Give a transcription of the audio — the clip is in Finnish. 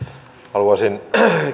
haluaisin